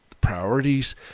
priorities